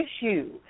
issue